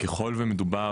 ככל ומדובר,